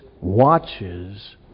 watches